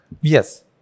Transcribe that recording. Yes